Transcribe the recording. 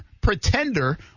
pretender